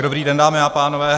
Dobrý den, dámy a pánové.